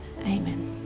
amen